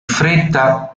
fretta